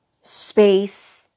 Space